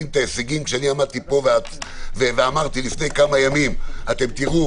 כשעמדתי פה ואמרתי לפני כמה ימים: תראו